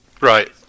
Right